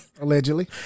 Allegedly